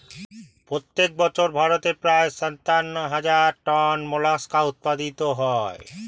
প্রত্যেক বছর ভারতে প্রায় সাতান্ন হাজার টন মোলাস্কা উৎপাদিত হয়